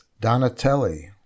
Donatelli